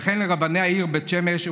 וכן לרבני העיר בית שמש,